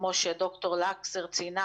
כמו שד"ר לקסר ציינה,